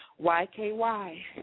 YKY